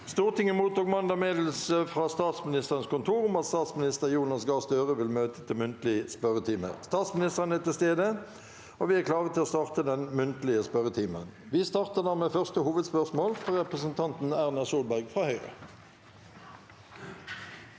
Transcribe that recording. Stortinget mottok mandag meddelelse fra Statsministerens kontor om at statsminister Jonas Gahr Støre vil møte til muntlig spørretime. Statsministeren er til stede, og vi er klare til å starte den muntlige spørretimen. Vi starter da med første hovedspørsmål, fra representanten Erna Solberg. Erna